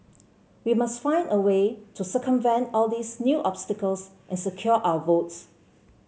we must find a way to circumvent all these new obstacles and secure our votes